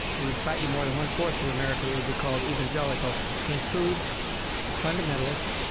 the slightly more than one-fourth of america that would be called evangelical includes fundamentalists,